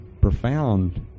profound